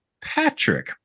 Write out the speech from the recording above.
Patrick